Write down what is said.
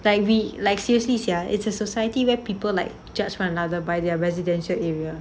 like we like seriously sia it's a society where people like judge one another by their residential area